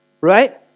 right